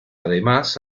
además